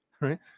Right